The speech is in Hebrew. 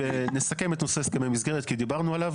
נסכם את נושא הסכמי מסגרת כי דיברנו עליו.